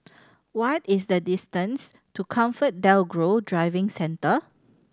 what is the distance to ComfortDelGro Driving Centre